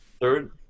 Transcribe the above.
Third